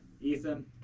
Ethan